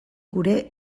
gure